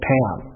Pam